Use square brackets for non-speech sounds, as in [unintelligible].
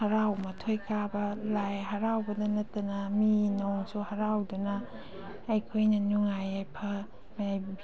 ꯍꯔꯥꯎ ꯃꯊꯣꯏ ꯀꯥꯕ ꯂꯥꯏ ꯍꯔꯥꯎꯕꯗ ꯅꯠꯇꯅ ꯃꯤ ꯅꯨꯡꯁꯨ ꯍꯔꯥꯎꯗꯨꯅ ꯑꯩꯈꯣꯏꯅ ꯅꯨꯡꯉꯥꯏ ꯌꯥꯏꯐ [unintelligible]